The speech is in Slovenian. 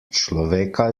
človeka